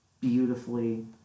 beautifully